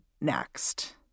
next